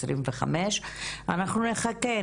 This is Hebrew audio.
ואנחנו נחכה.